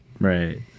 Right